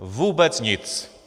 Vůbec nic.